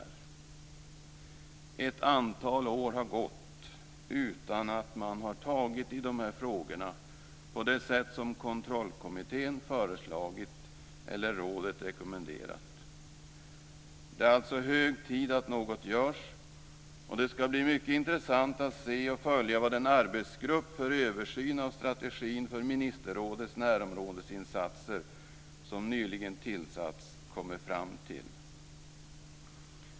Ett antal år har gått utan att man har tagit tag i dessa frågor på det sätt som kontrollkommittén föreslagit eller rådet rekommenderat. Det är alltså hög tid att något görs. Det ska bli mycket intressant att se och följa vad den arbetsgrupp för översyn av strategin för ministerrådets närområdesinsatser som nyligen tillsatts kommer fram till.